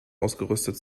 ausgerüstet